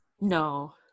No